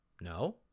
No